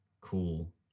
cool